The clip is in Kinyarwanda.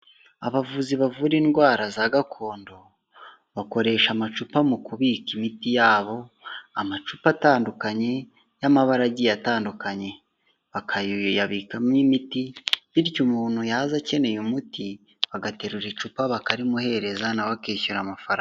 Abavuzi bavura indwara za gakondo bakoresha amacupa mu kubika imiti yabo, amacupa atandukanye y'amabaragi atandukanye, bakayabikamo imiti bityo umuntu yaza akeneye umuti bagaterura icupa bakarimuhereza nawe akishyura amafaranga.